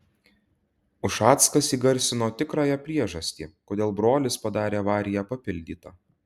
ušackas įgarsino tikrąją priežastį kodėl brolis padarė avariją papildyta